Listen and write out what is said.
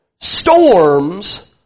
storms